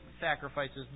sacrifices